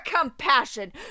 compassion